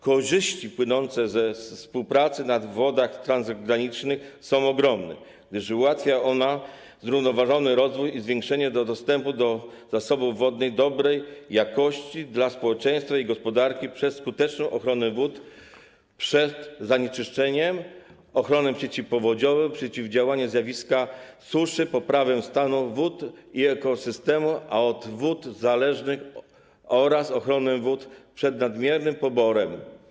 Korzyści płynące ze współpracy na wodach transgranicznych są ogromne, gdyż ułatwia ona zrównoważony rozwój i zwiększenie dostępu do zasobów wodnych dobrej jakości dla społeczeństwa i gospodarki przez skuteczną ochronę wód przed zanieczyszczeniem, ochronę przeciwpowodziową, przeciwdziałanie zjawisku suszy, poprawę stanu wód i ekosystemów od wód zależnych oraz ochronę wód przed nadmiernych poborem.